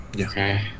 Okay